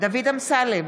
דוד אמסלם,